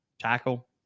tackle